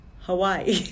Hawaii